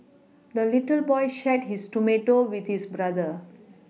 the little boy shared his tomato with his brother